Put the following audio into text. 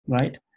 right